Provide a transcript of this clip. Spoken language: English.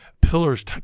pillars